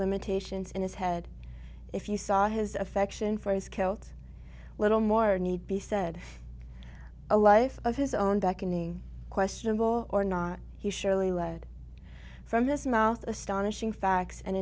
limitations in his head if you saw his affection for his kilt little more need be said a life of his own beckoning questionable or not he surely led from this mouth astonishing facts and